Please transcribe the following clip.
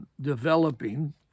developing